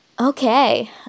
Okay